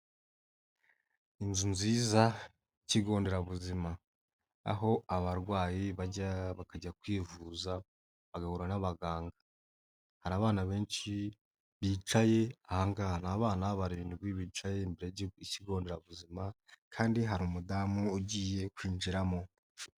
Inzu nziza ikigo nderabuzima aho abarwayi bajya bakajya kwivuza bagahura n'abaganga. Hari abana benshi bicaye abana barindwi bicaye imbere y'ikigo nderabuzima, kandi hari umudamu ugiye kwinjiramo.